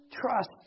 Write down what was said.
trust